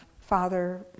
father